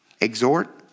exhort